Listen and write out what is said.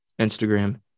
Instagram